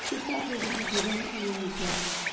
ᱥᱮᱛᱟᱜ ᱨᱮ ᱡᱩᱫᱤ ᱫᱤᱱᱟᱹᱢ ᱟᱢᱮᱢ ᱵᱮᱭᱟᱢᱟ